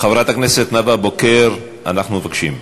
חברת הכנסת נאוה בוקר, אנחנו מבקשים.